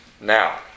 now